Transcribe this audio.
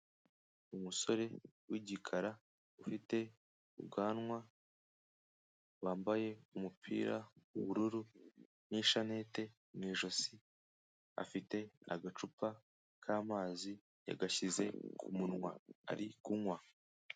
Umusore w'igikara, ufite ubwanwa, wambaye umupira w'ubururu n'ishanete mu ijosi, afite agacupa k'amazi, yagashyize ku munwa. Ari kunywa.